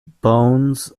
bones